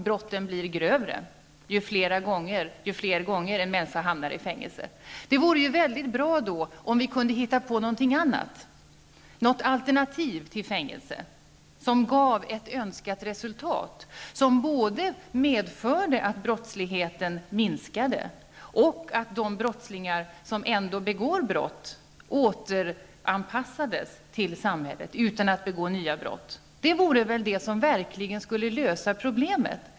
Brotten blir grövre ju fler gånger en människa hamnar i fängelse. Det vore väldigt bra om vi kunde hitta på något annat, ett alternativ till fängelse som ger ett önskat resultat, som både medför att brottsligheten minskar och som medför att de brottslingar som ändå begår brott återanpassas till samhället utan att begå ytterligare brott. Det vore det som verkligen skulle lösa problemet.